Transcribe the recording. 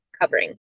covering